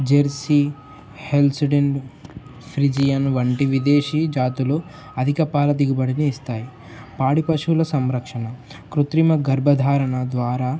Jersey Holstein Friesian వంటి విదేశీ జాతులు అధిక పాల దిగుబడిని ఇస్తాయి పాడి పశువుల సంరక్షణ కృత్రిమ గర్భధారణ ద్వారా